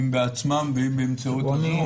אם בעצמם ואם באמצעות זום.